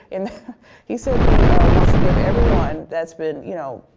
and he said he wants to give everyone that's been, you know,